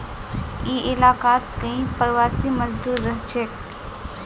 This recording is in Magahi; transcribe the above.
ई इलाकात कई प्रवासी मजदूर रहछेक